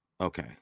Okay